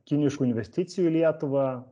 kiniškų investicijų į lietuvą